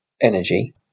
energy